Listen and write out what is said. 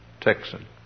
Texan